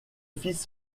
fils